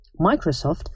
Microsoft